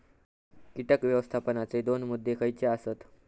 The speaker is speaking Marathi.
कीटक व्यवस्थापनाचे दोन मुद्दे खयचे आसत?